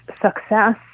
success